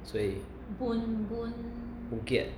谁 boon keat